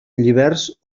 lliberts